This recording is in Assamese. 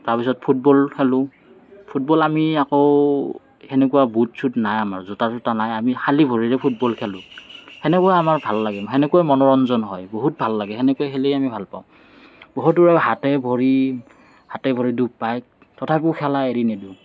তাৰপিছত ফুটবল খেলোঁ ফুটবল আমি আকৌ সেনেকুৱা বুট চুট নাই আমাৰ জোতা চোতা নাই আমি খালী ভৰিৰে ফুটবল খেলোঁ সেনেকুৱা আমাৰ ভাল লাগে সেনেকৈ মনোৰঞ্জন হয় বহুত ভাল লাগে সেনেকৈ খেলি আমি ভাল পাওঁ বহুতৰে হাতে ভৰি হাতে ভৰি দুখ পায় তথাপিও খেলা এৰি নিদিওঁ